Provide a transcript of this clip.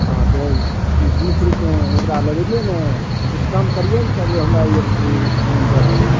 हँ तऽ बीस रूपये एकरा लगेलियै ने किछु कम करियौ ने तबे हमरा ई अथी एक मोन दऽ दियौ